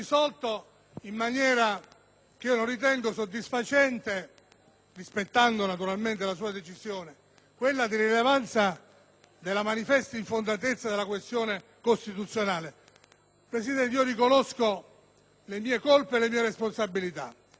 rispettando naturalmente la sua decisione: quella della manifesta infondatezza della questione costituzionale. Presidente, riconosco le mie colpe e le mie responsabilità. Sono stato relatore al Senato sulla legge di attuazione